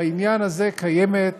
בעניין הזה קיימת